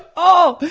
oh,